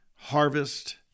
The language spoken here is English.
harvest